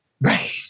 Right